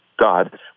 God